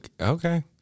okay